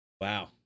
Wow